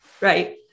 right